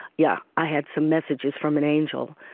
yeah i had some messages from an angel.